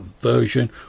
version